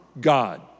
God